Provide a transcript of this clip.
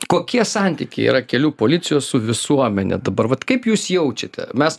kokie santykiai yra kelių policijos su visuomene dabar vat kaip jūs jaučiate mes